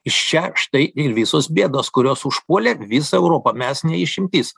iš čia štai ir visos bėdos kurios užpuolė visą europą mes ne išimtis